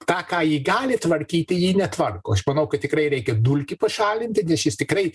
tą ką ji gali tvarkyti ji netvarko aš manau kad tikrai reikia dulkį pašalinti nes jis tikrai